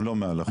לא מעל החוק.